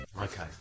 Okay